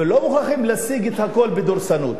ולא מוכרחים להשיג את הכול בדורסנות.